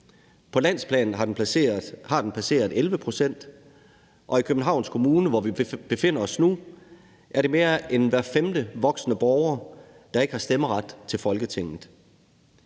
På landsplan har det passeret 11 pct., og i Københavns Kommune, hvor vi befinder os nu, er det mere end hver femte voksne borger, der ikke har stemmeret til Folketinget.